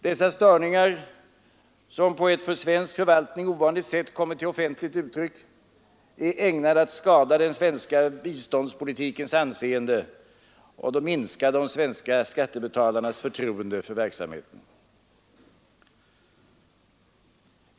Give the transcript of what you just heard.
Dessa störningar, som på för svensk förvaltning ovanligt sätt kommit till offentligt uttryck, är ägnade att skada den svenska biståndspolitikens anseende och minska de svenska skattebetalarnas förtroende för verksamheten.